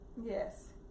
Yes